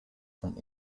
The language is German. von